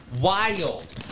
Wild